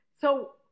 so-